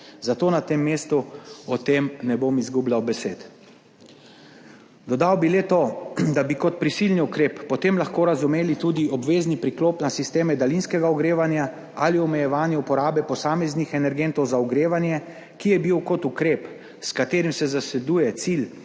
zato na tem mestu o tem ne bom izgubljal besed. Dodal bi le to, da bi kot prisilni ukrep potem lahko razumeli tudi obvezni priklop na sisteme daljinskega ogrevanja ali omejevanje uporabe posameznih energentov za ogrevanje, ki je bil kot ukrep, s katerim se zasleduje cilj